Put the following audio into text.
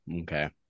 Okay